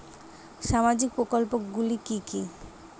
সামাজিক প্রকল্প গুলি কি কি?